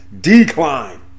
decline